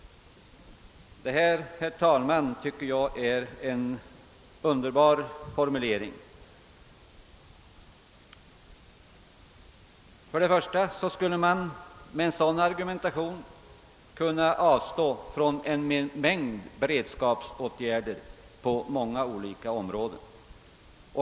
Detta, herr talman, tycker jag är en underbar formulering. För det första skulle man med en sådan argumentation kunna avstå från en mängd beredskapsåtgärder på många olika områden.